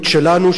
של קבוצת מרצ,